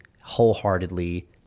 wholeheartedly